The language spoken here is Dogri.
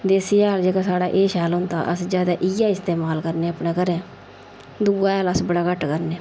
देसी हैल जेह्का साढ़ा एह् शैल होंदा अस ज्यादा इ'यै इस्तमाल करने अपने घरै दूआ हैल अस बड़ा घट्ट करने